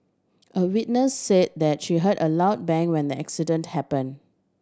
a witness say that she heard a loud bang when the accident happen